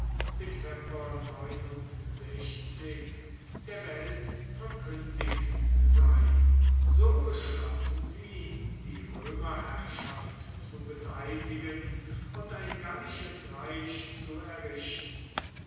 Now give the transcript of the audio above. der welt verkündigt sei so beschlossen sie die römerherrschaft zu beseitigen und ein gallisches reich zu errichten